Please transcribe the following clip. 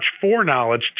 foreknowledge